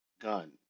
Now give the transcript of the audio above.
gun